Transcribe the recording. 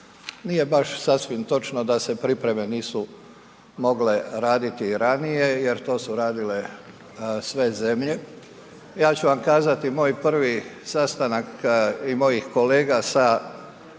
nije baš sasvim točno da se pripreme nisu mogle raditi jer to su radile sve zemlje. Ja ću vam kazati moj prvi sastanak i mojih kolega se